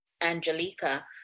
Angelica